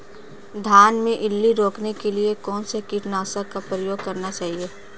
धान में इल्ली रोकने के लिए कौनसे कीटनाशक का प्रयोग करना चाहिए?